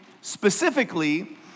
specifically